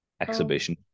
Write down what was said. exhibition